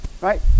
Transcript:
right